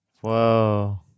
Whoa